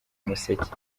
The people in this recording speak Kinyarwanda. museke